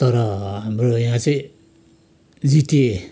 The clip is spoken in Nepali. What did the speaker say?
तर हाम्रो यहाँ चाहिँ जिटिए